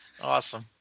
Awesome